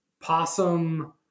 Possum